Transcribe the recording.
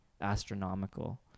astronomical